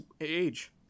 age